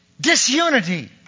disunity